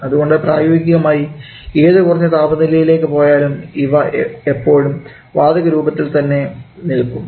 അതുകൊണ്ട് പ്രായോഗികമായി ഏത് കുറഞ്ഞ താപനിലയിലേക്ക് പോയാലും ഇവ എപ്പോഴും വാതക രൂപത്തിൽ തന്നെ നിൽക്കും